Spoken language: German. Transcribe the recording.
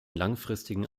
langfristigen